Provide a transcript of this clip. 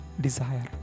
desire